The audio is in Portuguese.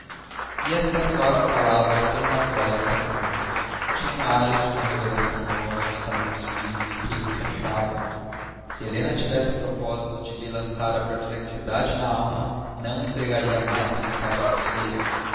e estas quatro palavras tão naturais e tão comuns tinham ares de uma revelação nova no estado de espírito em que ele se achava se helena tivesse propósito de lhe lançar a perplexidade na alma não empregaria mais eficaz conceito